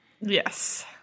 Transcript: Yes